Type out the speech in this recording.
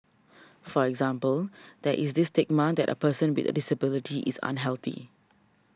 for example there's this stigma that a person be a disability is unhealthy